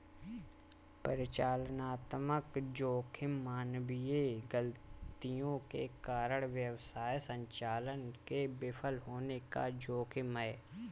परिचालनात्मक जोखिम मानवीय गलतियों के कारण व्यवसाय संचालन के विफल होने का जोखिम है